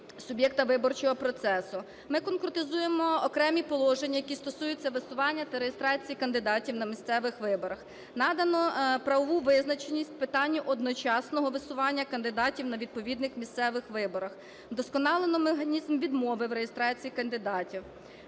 Ми конкретизуємо окремі положення, які стосуються висування та реєстрації кандидатів на місцевих виборах. Надано правову визначеність питанню одночасного висування кандидатів на відповідних місцевих виборах. Вдосконалено механізм відмови в реєстрації кандидатів.